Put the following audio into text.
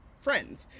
friends